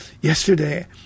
yesterday